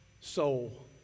soul